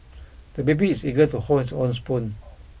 the baby is eager to hold his own spoon